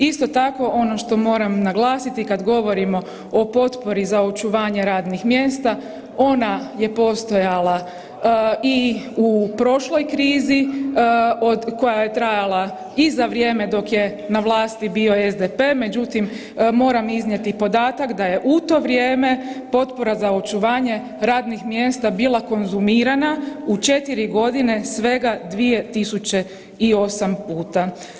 Isto tako ono što moram naglasiti kada govorimo o potpori za očuvanje radnih mjesta, ona je postojala i u prošloj krizi koja je trajala i za vrijeme dok je na vlasti bio SDP, međutim moram iznijeti podatak da je u to vrijeme potpora za očuvanje radnih mjesta bila konzumirana u 4 godine svega 2.008 puta.